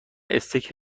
استیک